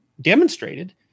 demonstrated